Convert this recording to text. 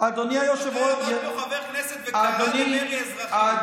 מתי עמד פה חבר כנסת וקרא למרי אזרחי?